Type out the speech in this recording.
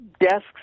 desks